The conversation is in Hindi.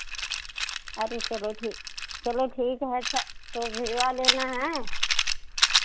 अरे चलो ठीक चलो ठीक है अच्छा तो भिजवा देना हाँय